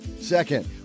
second